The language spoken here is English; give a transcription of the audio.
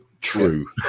true